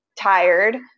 tired